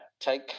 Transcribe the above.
take